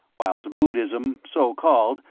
whilst buddhism, so called,